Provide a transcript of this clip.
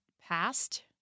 passed